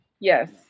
yes